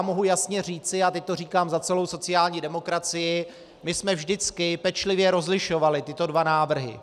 Mohu jasně říci, a teď to říkám za celou sociální demokracii, my jsme vždycky pečlivě rozlišovali tyto dva návrhy.